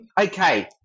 okay